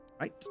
right